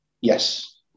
Yes